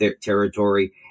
territory